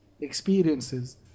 experiences